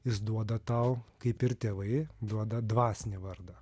jis duoda tau kaip ir tėvai duoda dvasinį vardą